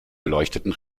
beleuchteten